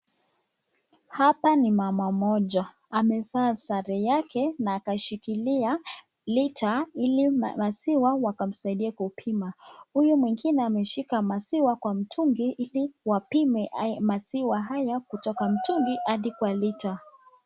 Hapa ni mama mmoja amevaa sare yake na akashikilia lita, ili maziwa wakamsaidia kupima. Huyu mwingine ameshika maziwa kwa mtungi ili wapime maziwa haya kutoka mtungi hadi kwa lita.